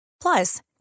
Plus